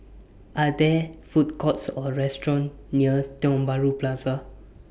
Are There Food Courts Or restaurants near Tiong Bahru Plaza